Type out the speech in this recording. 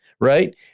Right